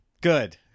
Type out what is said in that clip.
Good